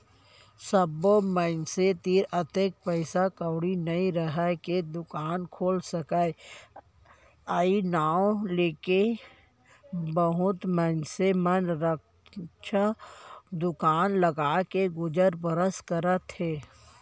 सब्बो मनसे तीर अतेक पइसा कउड़ी नइ राहय के दुकान खोल सकय अई नांव लेके बहुत मनसे मन रद्दा दुकान लगाके गुजर बसर करत हें